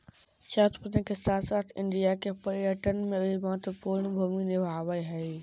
चाय उत्पादन के साथ साथ इंडिया के पर्यटन में भी महत्वपूर्ण भूमि निभाबय हइ